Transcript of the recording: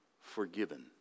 forgiven